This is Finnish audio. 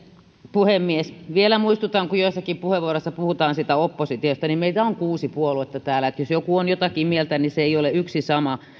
puhemies vielä muistutan kun joissakin puheenvuoroissa puhutaan siitä oppositiosta että meitä on kuusi puoluetta täällä niin että jos joku on jotakin mieltä niin se ei ole yksi ja sama